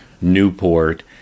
Newport